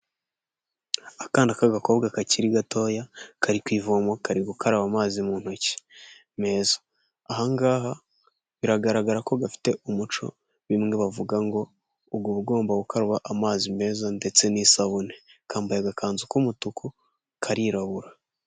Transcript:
Akana k'agakobwa kakiri gatoya, kari ku ivomo, kari gukaraba amazi mu ntoki meza, aha ngaha biragaragara ko gafite umuco bimwe bavuga ngo uba ugomba gukaraba amazi meza ndetse n'isabune, kambaye agakanzu k'umutuku karirabura.